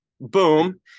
boom